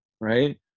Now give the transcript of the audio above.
right